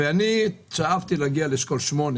אני שאפתי להגיע לאשכול 8,